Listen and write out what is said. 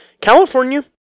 California